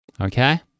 okay